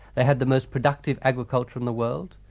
they had the most productive agriculture in the world,